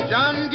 John